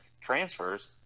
transfers